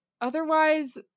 otherwise